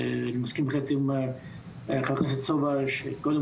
אני מסכים בהחלט עם חבר הכנסת סובה שקודם